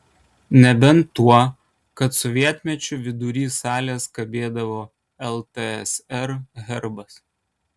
nebent tuo kad sovietmečiu vidury salės kabėdavo ltsr herbas